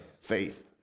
faith